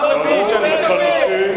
מה אתה מצפה, מי נמצא על האונייה?